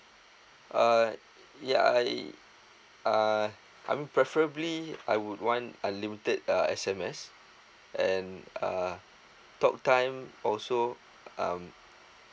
uh yeah I uh I'm preferably I would want unlimited uh S_M_S and uh talk time also um